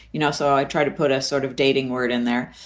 you know. so i try to put a sort of dating word in there.